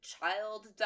child